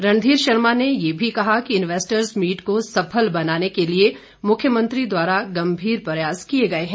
रणधीर शर्मा ने ये भी कहा कि इन्वेस्टर्स मीट को सफल बनाने के लिए मुख्यमंत्री द्वारा गंभीर प्रयास किए गए हैं